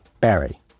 Barry